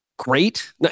Great